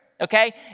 okay